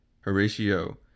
Horatio